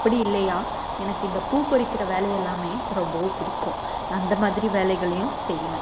அப்படியில்லயா எனக்கு இந்த பூ பறிக்கிற வேலையெல்லாமே ரொம்பவோ பிடிக்கும் அந்த மாதிரி வேலைகளையும் செய்வேன்